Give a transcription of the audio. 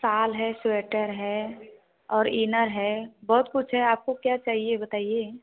shawl है sweater है और इनर है बहुत कुछ है आपको क्या चाहिए यह बताइए